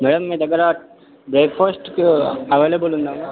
ma'am మీ దగ్గర బ్రేక్ఫాస్ట్కు అవైలబుల్ ఉందా మ్యామ్